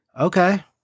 Okay